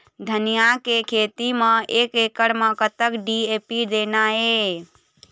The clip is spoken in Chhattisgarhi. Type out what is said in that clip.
धनिया के खेती म एक एकड़ म कतक डी.ए.पी देना ये?